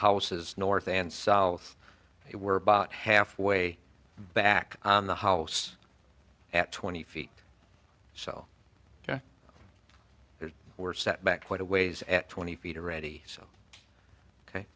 houses north and south were bought halfway back in the house at twenty feet so we're set back quite a ways at twenty feet already so ok